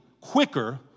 quicker